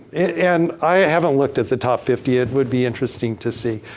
and i haven't looked at the top fifty. would be interesting to see.